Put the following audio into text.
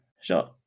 sure